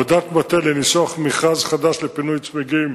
נעשית עבודת מטה לניסוח מכרז חדש לפינוי צמיגים